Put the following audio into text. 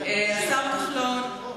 השר כחלון,